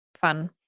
fun